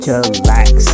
relax